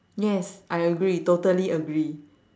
yes I agree totally agree